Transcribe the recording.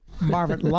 Marvin